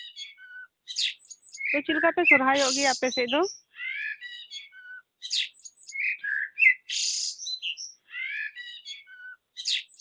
ᱛᱚ ᱪᱮᱫᱞᱮᱠᱟ ᱯᱮ ᱥᱚᱨᱦᱟᱭᱚᱜ ᱜᱮᱭᱟ ᱟᱯᱮ ᱥᱮᱡ ᱫᱚ